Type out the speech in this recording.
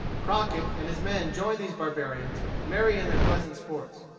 crockett and his men joined these barbarians, merry in their pleasant sports.